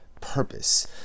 purpose